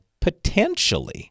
potentially